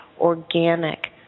organic